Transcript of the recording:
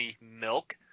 milk